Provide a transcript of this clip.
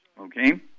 okay